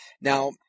now